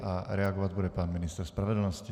A reagovat bude pan ministr spravedlnosti.